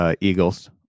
Eagles